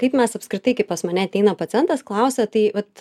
kaip mes apskritai kai pas mane ateina pacientas klausia tai vat